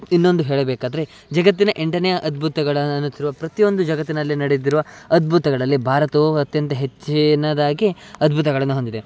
ಇನ್ನೊಂದು ಹೇಳಬೇಕಾದರೆ ಜಗತ್ತಿನ ಎಂಟನೆಯ ಅದ್ಬುತಗಳು ಅನ್ನುತ್ತಿರುವ ಪ್ರತಿಯೊಂದು ಜಗತ್ತಿನಲ್ಲಿ ನಡೆಯುತ್ತಿರುವ ಅದ್ಬುತಗಳಲ್ಲಿ ಭಾರತವು ಅತ್ಯಂತ ಹೆಚ್ಚಿನದಾಗಿ ಅದ್ಬುತಗಳನ್ನು ಹೊಂದಿದೆ